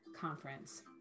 conference